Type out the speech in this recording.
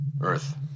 Earth